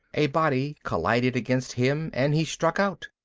a body collided against him and he struck out.